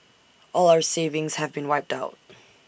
all our savings have been wiped out